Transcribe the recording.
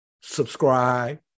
subscribe